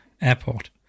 airport